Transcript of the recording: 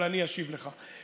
אבל אני אשיב לך.